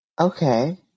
Okay